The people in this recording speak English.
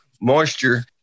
moisture